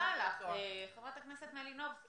חברת הכנסת מלינובסקי,